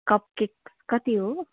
cup cake कति हो